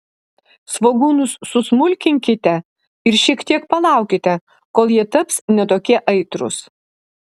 svogūnus susmulkinkite ir šiek tiek palaukite kol jie taps ne tokie aitrūs